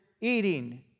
eating